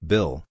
Bill